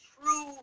true